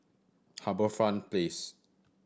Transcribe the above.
HarbourFront Place